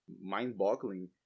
mind-boggling